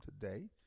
today